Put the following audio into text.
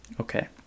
Okay